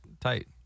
tight